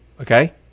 okay